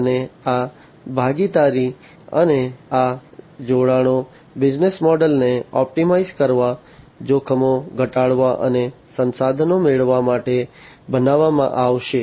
અને આ ભાગીદારી અને આ જોડાણો બિઝનેસ મોડલને ઑપ્ટિમાઇઝ કરવા જોખમો ઘટાડવા અને સંસાધનો મેળવવા માટે બનાવવામાં આવશે